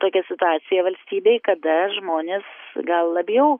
tokia situacija valstybėj kada žmonės gal labiau